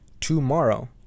tomorrow